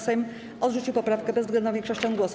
Sejm odrzucił poprawkę bezwzględną większością głosów.